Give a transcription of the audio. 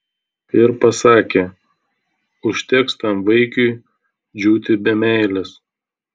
ir pasakė užteks tam vaikiui džiūti be meilės